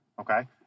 Okay